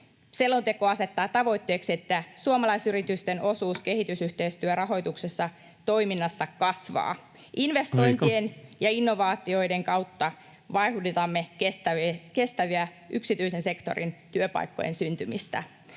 Selonteko asettaa tavoitteeksi, että suomalaisyritysten osuus kehitysyhteistyörahoitteisessa toiminnassa kasvaa. [Puhemies: Aika!] Investointien ja innovaatioiden kautta vauhditamme kestävien yksityisen sektorin työpaikkojen syntymistä.